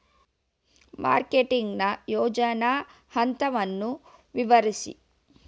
Marketing ನ ಯೋಜನಾ ಹಂತವನ್ನು ವಿವರಿಸಿ?